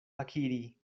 akiri